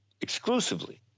exclusively